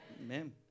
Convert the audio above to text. Amen